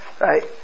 right